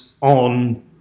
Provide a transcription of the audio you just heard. on